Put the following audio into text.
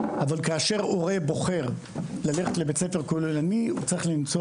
אבל כאשר הורה בוחר ללכת לבית ספר כוללני הוא צריך למצוא